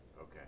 Okay